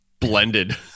blended